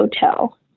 hotel